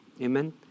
Amen